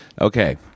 Okay